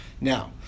Now